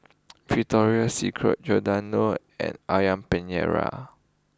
Victoria Secret Giordano and Ayam Penyet Ria